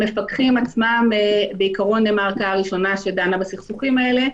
המפקחים עצמם בעיקרון הם הערכאה הראשונה שדנה בסכסוכים האלה.